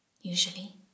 Usually